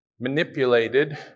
manipulated